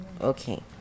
Okay